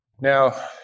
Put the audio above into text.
Now